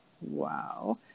Wow